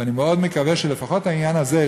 ואני מאוד מקווה שלפחות העניין הזה,